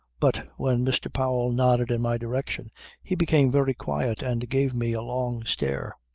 but when mr. powell nodded in my direction he became very quiet and gave me a long stare.